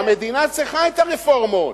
כי המדינה צריכה את הרפורמות,